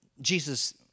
Jesus